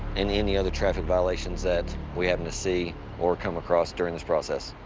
any any other traffic violations that we happen to see or come across during this process.